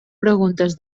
preguntes